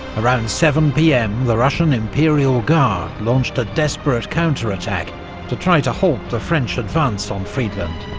around seven pm the russian imperial guard launched a desperate counterattack to try to halt the french advance on friedland.